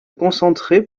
concentrer